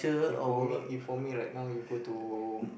if for me if for me right now you go to